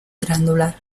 glandular